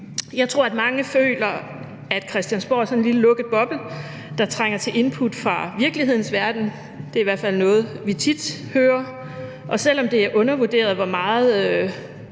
Jeg tror, at mange føler, at Christiansborg er sådan en lille lukket boble, der trænger til input fra virkelighedens verden; det er i hvert fald noget, vi tit hører. Og selv om det er undervurderet, hvor meget